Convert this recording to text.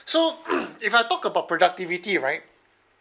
so if I talk about productivity right